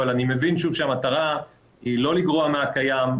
אבל אני מבין שהמטרה היא לא לגרוע מהקיים,